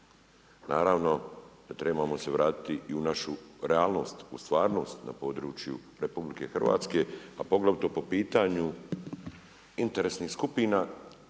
Naravno, da trebamo se vratiti u i našu realnost, u stvarnost na području RH, a poglavito po pitanju interesnih skupina